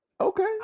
Okay